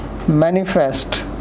manifest